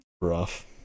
Rough